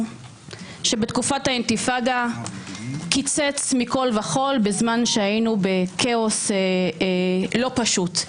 שבתקופת האינתיפאדה קיצץ מכל וכול בזמן שהיינו בכאוס לא פשוט.